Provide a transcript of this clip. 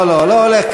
לא, לא, לא הולך כנ"ל.